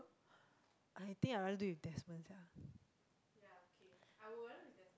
I think I rather do with Desmond sia